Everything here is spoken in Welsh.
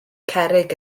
cerrig